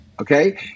Okay